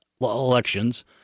elections